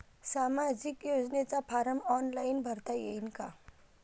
सामाजिक योजनेचा form online भरता येईन का?